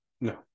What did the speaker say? No